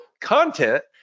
content